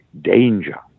danger